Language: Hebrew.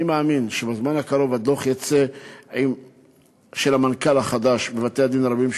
אני מאמין שבזמן הקרוב יצא הדוח של המנכ"ל החדש של בתי-הדין הרבניים,